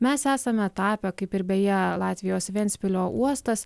mes esame tapę kaip ir beje latvijos ventspilio uostas